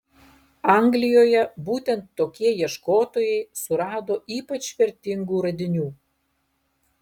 anglijoje būtent tokie ieškotojai surado ypač vertingų radinių